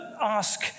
ask